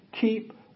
Keep